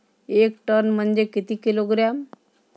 एक टन म्हनजे किती किलोग्रॅम?